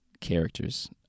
characters